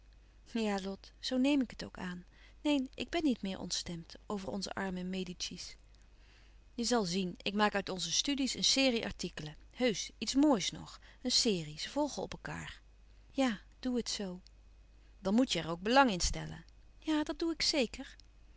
ja lot zoo neem ik het ook aan neen ik bèn niet meer louis couperus van oude menschen de dingen die voorbij gaan ontstemd over onze arme medici's je zal zien ik maak uit onze studies een serie artikelen heusch iets moois nog een serie ze volgen op elkaâr ja doe het zoo dan moet je er ook belang in stellen ja dat doe ik zeker